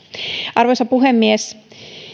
arvoisa puhemies